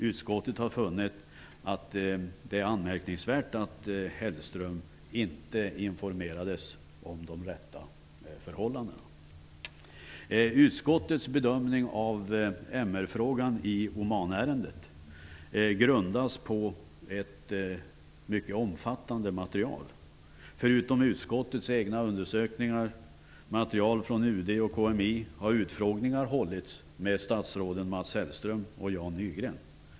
Utskottet har funnit att det är anmärkningsvärt att Hellström inte informerades om de rätta förhållandena. Utskottets bedömning av MR-frågan i Omanärendet grundas på ett mycket omfattande material. Förutom utskottets egna undersökningar, material från UD och KMI har utfrågningar hållits med statsråden Mats Hellström och Jan Nygren.